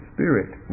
Spirit